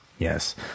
Yes